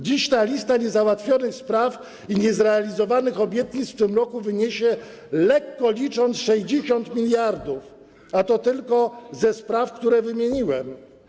Dziś ta lista niezałatwionych spraw, niezrealizowanych obietnic w tym roku to lekko licząc 60 mld, a to tylko te sprawy, które wymieniłem.